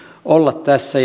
olla tässä